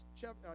chapter